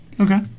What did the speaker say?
Okay